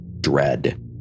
dread